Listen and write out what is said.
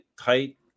tight